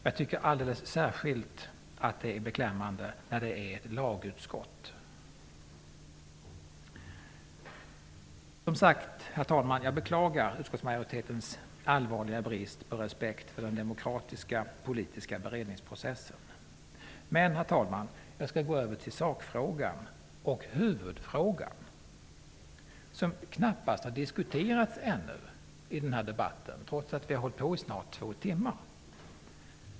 Jag tycker alldeles särskilt att det är beklämmande eftersom det är ett lagutskott. Jag beklagar utskottsmajoritetens allvarliga brist på respekt för den demokratiska politiska beredningsprocessen. Men, herr talman, jag skall gå över till sakfrågan och huvudfrågan, som knappast har diskuterats ännu i den här debatten, trots att vi har hållit på i snart två timmar.